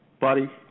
buddy